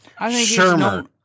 Shermer